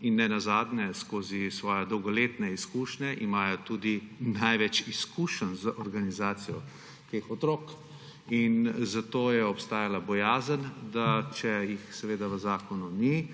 in nenazadnje imajo skozi svoje dolgoletne izkušnje tudi največ izkušenj z organizacijo teh otrok. Zato je obstajala bojazen, da če jih v zakonu ni,